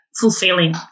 fulfilling